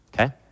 okay